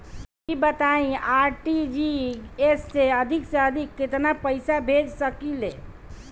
ई बताईं आर.टी.जी.एस से अधिक से अधिक केतना पइसा भेज सकिले?